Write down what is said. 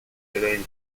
terrain